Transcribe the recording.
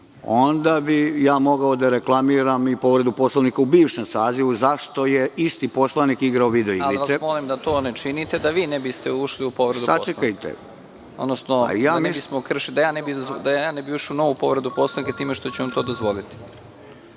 onda bih ja mogao da reklamiram i povredu Poslovnika u bivšem sazivu, zašto je isti poslanik igrao video igrice. **Nebojša Stefanović** Ja vas molim da to ne činite, da vi ne biste ušli u povredu Poslovnika, odnosno da ja ne bih ušao u novu povredu Poslovnika time što ću vam to dozvoliti.